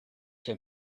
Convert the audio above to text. him